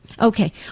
Okay